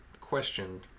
questioned